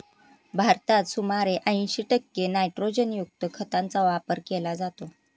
भारतात सुमारे ऐंशी टक्के नायट्रोजनयुक्त खतांचा वापर केला जातो